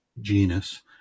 genus